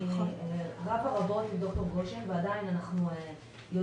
אני רבה רבות עם ד"ר גשן ועדיין אנחנו יודעים